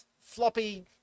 floppy